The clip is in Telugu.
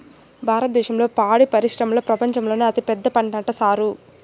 భారద్దేశం పాడి పరిశ్రమల ప్రపంచంలోనే అతిపెద్దదంట సారూ